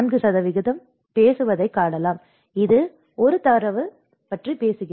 4 பேசுவதைக் காணலாம் இது தரவு பற்றி பேசுகிறது